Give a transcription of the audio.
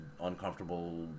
uncomfortable